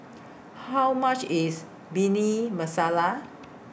How much IS Bhindi Masala